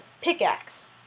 pickaxe